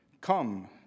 Come